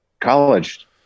college